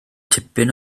tipyn